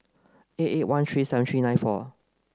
eight eight one three seven three nine four